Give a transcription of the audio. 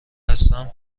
هستم